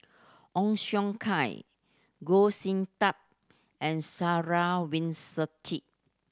Ong Siong Kai Goh Sin Tub and Sarah Winstedt